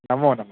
नमो नमः